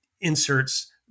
inserts